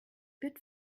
wird